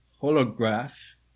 holograph